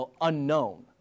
unknown